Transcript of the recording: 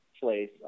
place